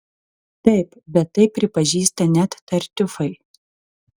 taip bet tai pripažįsta net tartiufai